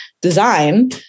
design